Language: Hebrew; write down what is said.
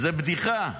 זה בדיחה.